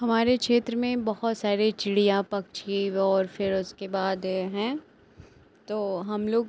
हमारे क्षेत्र में बहुत सारे चिड़िया पक्षी और फिर उसके बाद हैं तो हमलोग